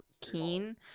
keen